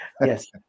yes